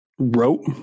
wrote